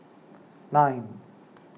nine